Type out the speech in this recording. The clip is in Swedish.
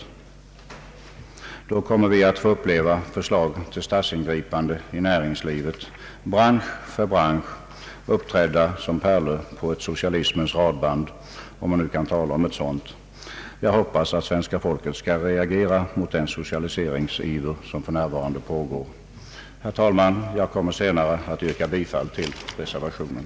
Om den ställningen inte ändras kommer vi att få uppleva förslag fill statsingripanden i näringslivet bransch för bransch, uppträdda som pärlor på ett socialismens radband, om man nu kan tala om ett sådant. Jag hoppas att svenska folket skall reagera mot den socialiseringsiver som för närvarande råder. Herr talman! Jag kommer senare att yrka bifall till reservationen.